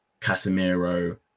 Casemiro